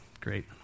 great